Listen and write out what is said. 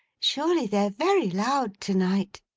surely they're very loud to-night